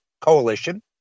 coalition